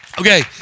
Okay